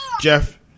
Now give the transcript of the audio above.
Jeff